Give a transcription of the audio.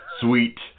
sweet